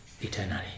eternally